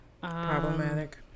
problematic